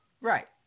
right